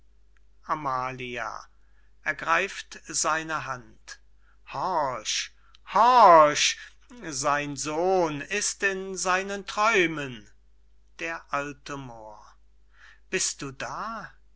hand horch horch sein sohn ist in seinen träumen d a moor bist du da